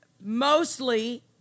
mostly